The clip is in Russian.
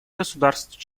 государств